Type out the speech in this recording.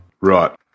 Right